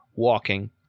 walking